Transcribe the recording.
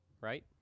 right